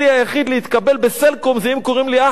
ב"סלקום" זה אם קוראים לי אחמד או מוסטפא,